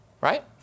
Right